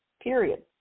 period